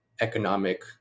economic